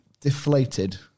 deflated